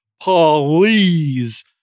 Please